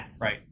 right